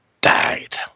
died